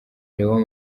leon